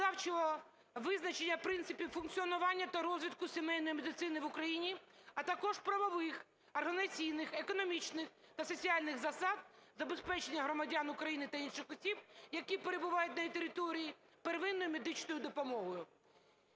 законодавчого визначення принципів функціонування та розвитку сімейної медицини в Україні, а також правових, організаційних, економічних та соціальних засад забезпечення громадян України та інших осіб, які перебувають на її території, первинною медичною допомогою.